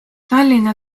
tallinna